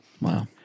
Wow